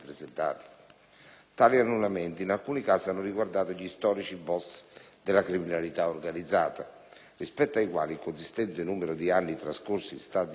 Tali annullamenti, in alcuni casi, hanno riguardato gli storici *boss* della criminalità organizzata, rispetto ai quali il consistente numero di anni trascorso in stato di carcerazione